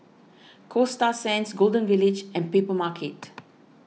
Coasta Sands Golden Village and Papermarket